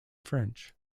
french